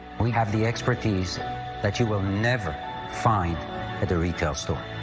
we have the expertise that you will never find ah the retail stores.